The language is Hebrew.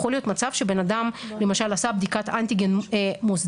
יכול להיות מצב שבן אדם למשל עשה בדיקת אנטיגן מוסדית,